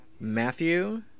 Matthew